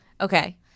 Okay